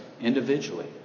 individually